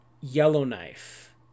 Yellowknife